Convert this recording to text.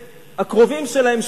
את הקרובים שלהם,